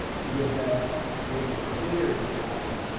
with ah with a cleared site,